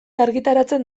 argitaratzen